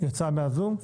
יצאה מהזום.